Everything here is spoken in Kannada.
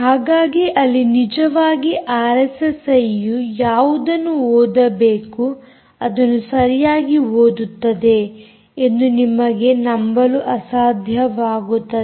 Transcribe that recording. ಹಾಗಾಗಿ ಅಲ್ಲಿ ನಿಜವಾಗಿ ಆರ್ಎಸ್ಎಸ್ಐಯು ಯಾವುದನ್ನು ಓದಬೇಕು ಅದನ್ನು ಸರಿಯಾಗಿ ಓದುತ್ತದೆ ಎಂದು ನಿಮಗೆ ನಂಬಲು ಅಸಾಧ್ಯವಾಗುತ್ತದೆ